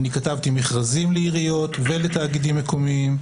כתבתי מכרזים לעיריות ולתאגידים מקומיים,